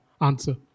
answer